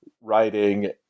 writing